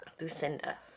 Lucinda